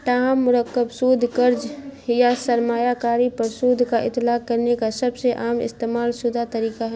تاہم مرکب سود قرق یا سرمایہ کاری پر سود کا اطلاق کرنے کا سب سے عام استعمال سدہ طریقہ ہے